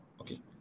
Okay